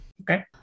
Okay